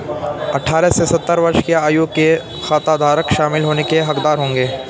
अठारह से सत्तर वर्ष की आयु के खाताधारक शामिल होने के हकदार होंगे